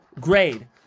grade